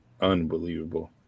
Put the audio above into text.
unbelievable